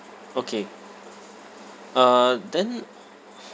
okay uh then